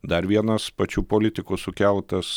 dar vienas pačių politikų sukeltas